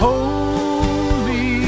Holy